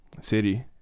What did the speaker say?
city